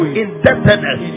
indebtedness